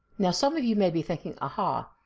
now some of you may be thinking, aha,